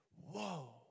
Whoa